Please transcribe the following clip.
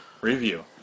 review